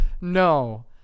no